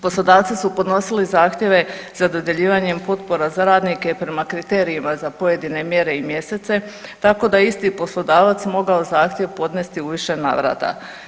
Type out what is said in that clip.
Poslodavci su podnosili zahtjeve za dodjeljivanjem potpora za radnike prema kriterijima za pojedine mjere i mjesece tako da je isti poslodavac mogao zahtjev podnesti u više navrata.